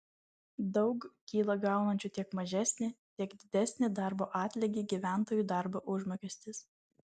daug kyla gaunančių tiek mažesnį tiek didesnį darbo atlygį gyventojų darbo užmokestis